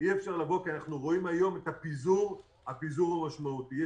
אנחנו רואים היום את הפיזור המשמעותי של הנגיף.